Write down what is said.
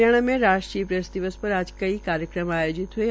हरियाणा में राष्ट्रीय प्रेस दिवस पर आज कई कार्यक्रम आयोजित हये